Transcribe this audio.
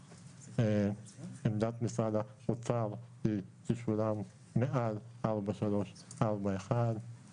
עמדת משרד האוצר היא ששולם סכום מעל 4.341 מיליארד שקלים.